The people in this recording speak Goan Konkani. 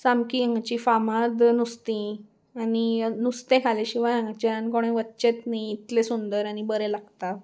सामकी हांगची फामाद नुस्तीं आनी नुस्तें खाल्या शिवाय हांगाच्यान कोणें वच्चेंच न्ही इतलें सुंदर आनी बरें लागता